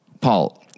Paul